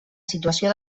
situació